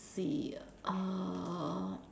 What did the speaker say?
see uh